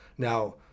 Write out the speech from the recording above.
Now